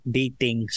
dating